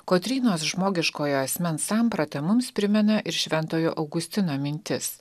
kotrynos žmogiškojo asmens samprata mums primena ir šventojo augustino mintis